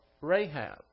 Rahab